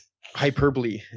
hyperbole